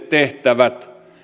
tehtävien